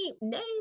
name